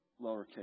lowercase